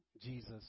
Jesus